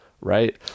right